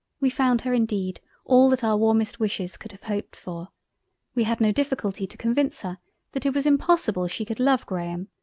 we found her indeed all that our warmest wishes could have hoped for we had no difficulty to convince her that it was impossible she could love graham,